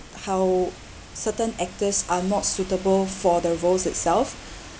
how certain actors are not suitable for the roles itself